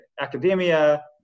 academia